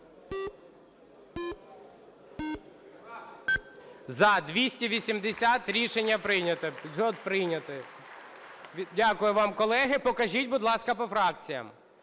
Бюджет прийнятий. Дякую вам, колеги. Покажіть, будь ласка, по фракціям.